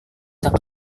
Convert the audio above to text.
tak